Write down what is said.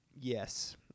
Yes